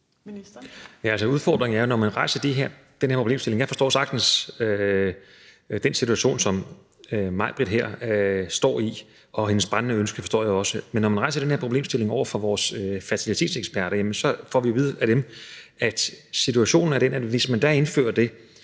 og ældreministeren (Magnus Heunicke): Jeg forstår sagtens den situation, som Majbritt her står i, og hendes brændende ønske forstår jeg også. Men når man rejser den her problemstilling over for vores fertilitetseksperter, får vi at vide af dem, at situationen er den, at hvis man indfører det,